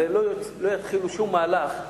הרי לא יתחילו שום מהלך,